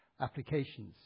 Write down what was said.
applications